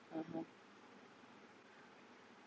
(uh huh)